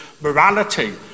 morality